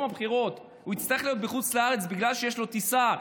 הבחירות הוא יצטרך להיות בחוץ לארץ בגלל שיש לו טיסה,